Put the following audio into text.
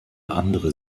andere